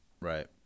right